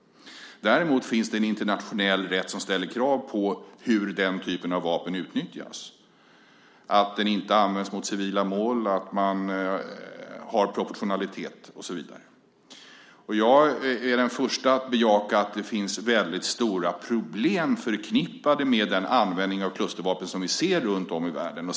Däremot finns det en internationell rätt som ställer krav på hur den typen av vapen utnyttjas: att den inte används mot civila mål, att man iakttar proportionalitet och så vidare. Jag är den förste att bejaka att det finns väldigt stora problem förknippade med den användning av klustervapen som vi ser runtom i världen.